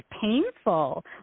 painful